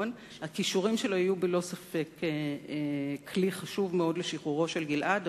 הכישורים שלו יהיו בלא ספק כלי חשוב מאוד לשחרורו של גלעד,